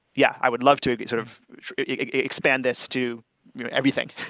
yeah, i would love to sort of expand this to everything.